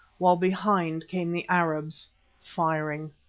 while behind came the arabs firing.